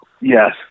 Yes